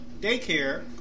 daycare